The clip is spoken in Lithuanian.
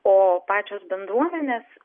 o pačios bendruomenės